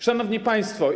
Szanowni Państwo!